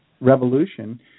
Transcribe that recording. revolution